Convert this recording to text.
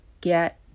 get